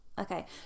Okay